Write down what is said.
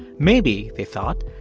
maybe, they thought,